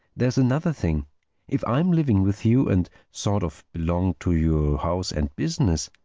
there's another thing if i'm living with you, and sort of belong to your house and business,